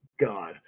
God